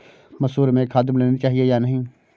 मसूर में खाद मिलनी चाहिए या नहीं?